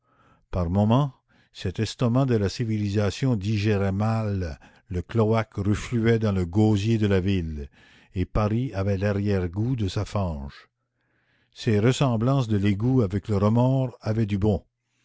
par moments cet estomac de la civilisation digérait mal le cloaque refluait dans le gosier de la ville et paris avait larrière goût de sa fange ces ressemblances de l'égout avec le remords avaient du bon